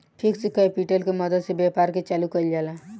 fixed capital के मदद से व्यापार के चालू कईल जाला